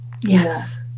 yes